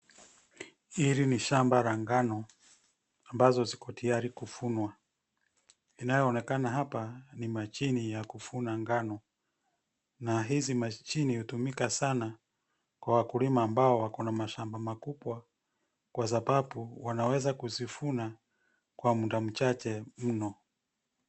Hili ni shamba la ngano ambazo ziko tayari kuvunwa. Inayoonekana hapa ni mashini ya kuvuna ngano na hizi mashini hutumika sana kwa wakulima ambao wako na mashamba makubwa, kwa sababu wanaweza kuzivuna kwa muda mchache mno.